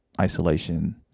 isolation